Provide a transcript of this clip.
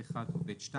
(ב1) או (ב2)".